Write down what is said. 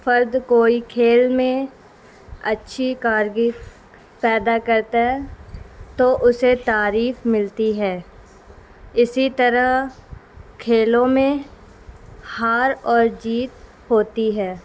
فرد کوئی کھیل میں اچھی کارکردگی پیدا کرتا ہے تو اسے تعریف ملتی ہے اسی طرح کھیلوں میں ہار اور جیت ہوتی ہے